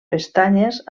pestanyes